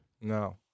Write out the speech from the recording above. No